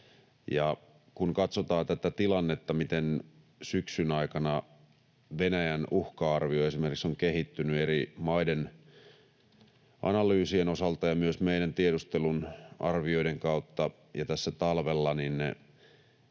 Kun katsotaan tätä tilannetta, miten esimerkiksi syksyn aikana Venäjän uhka-arvio on kehittynyt eri maiden analyysien osalta ja myös meidän tiedustelumme arvioiden kautta ja tässä talvella, niin